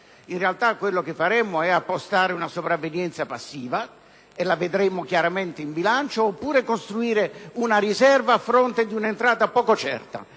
in realtà, quello che faremmo sarebbe appostare una sopravvenienza passiva (e la vedremmo chiaramente in bilancio) oppure costruire una riserva a fronte di un'entrata poco certa.